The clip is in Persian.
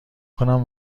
کنم